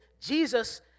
Jesus